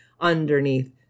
underneath